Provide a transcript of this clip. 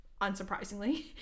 unsurprisingly